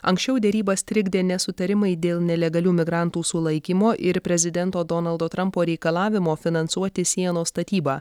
anksčiau derybas trikdė nesutarimai dėl nelegalių migrantų sulaikymo ir prezidento donaldo trampo reikalavimo finansuoti sienos statybą